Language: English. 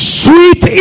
sweet